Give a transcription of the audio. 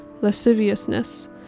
lasciviousness